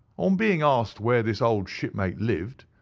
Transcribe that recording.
on being asked where this old shipmate lived,